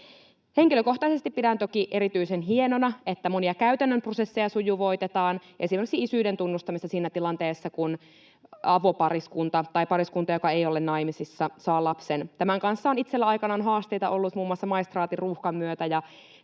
Henkilökohtaisesti pidän toki erityisen hienona, että monia käytännön prosesseja sujuvoitetaan, esimerkiksi isyyden tunnustamista siinä tilanteessa, kun avopariskunta tai pariskunta, joka ei ole naimisissa, saa lapsen. Tämän kanssa on itsellä aikanaan haasteita ollut, muun muassa maistraatin ruuhkan myötä,